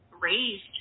raised